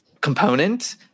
component